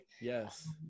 Yes